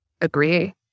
agree